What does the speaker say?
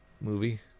movie